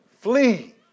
flee